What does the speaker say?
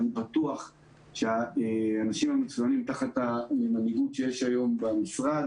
אני בטוח שהאנשים המצוינים תחת המנהיגות שיש היום במשרד